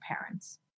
parents